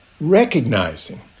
recognizing